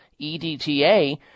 EDTA